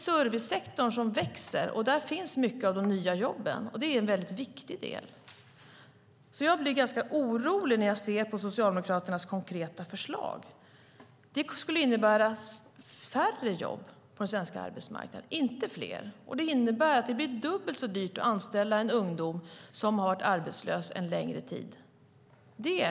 Servicesektorn växer, och där finns många av de nya jobben. Det är en viktig del. Jag blir orolig när jag ser på Socialdemokraternas konkreta förslag. Det innebär färre jobb, inte fler, på den svenska arbetsmarknaden. Det innebär att det blir dubbelt så dyrt att anställa en ungdom som har varit arbetslös en längre tid.